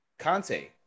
Conte